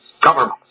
government